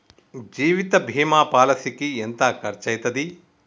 జీవిత బీమా పాలసీకి ఎంత ఖర్చయితది?